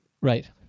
Right